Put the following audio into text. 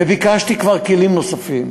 וכבר ביקשתי כלים נוספים.